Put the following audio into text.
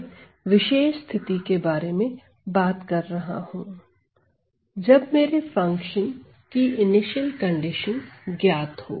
मैं विशेष स्थिति के बारे में बात कर रहा हूं जब मेरे फंक्शन की इनिशियल कंडीशन ज्ञात हो